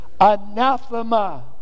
Anathema